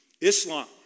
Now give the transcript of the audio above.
Islam